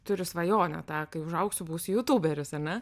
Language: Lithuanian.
turi svajonę tą kai užaugsiu būsiu jutuberis ar ne